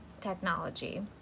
technology